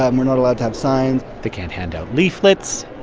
um we're not allowed to have signs they can't hand out leaflets